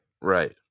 right